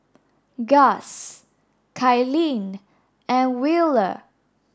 Guss Kylene and Wheeler